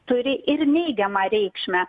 turi ir neigiamą reikšmę